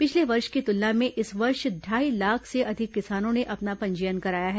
पिछले वर्ष की तुलना में इस वर्ष ढाई लाख से अधिक किसानों ने अपना पंजीयन कराया है